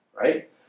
right